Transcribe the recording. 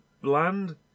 bland